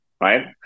right